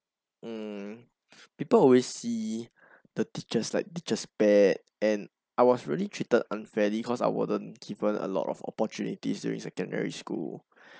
mm people always see the teachers like teacher's pet and I was really treated unfairly because I wasn't given a lot of opportunities during secondary school